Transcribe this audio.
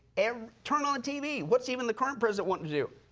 and turn on the tv what is even the current president wanting to do?